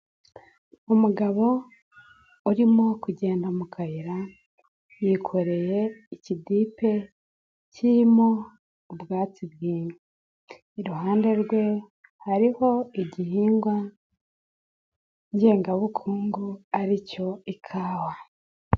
Umugabo urimo kugenda mu kayira, yikoreye ikidipe, kirimo ubwatsi bw'inka. Iruhande rwe hariho igihingwa ngengabukungu, ari cyo ikawa.